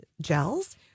gels